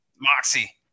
Moxie